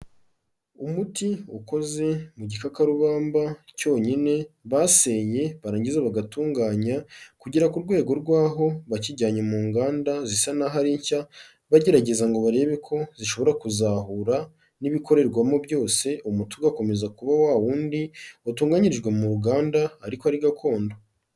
Umuti ukoze mu gikakarugamba cyonyine, baseye barangiza bagatunganya kugera ngo ku rwego rw'aho bakijyanye mu nganda zisa n'aho ari nshya, bagerageza ngo barebe ko zishobora kuzahura n'ibikorerwamo byose umuti ugakomeza kuba wawundi watunganyirijwe mu ruganda ariko ari gakondo.